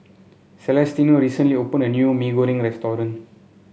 Celestino recently opened a new Mee Goreng restaurant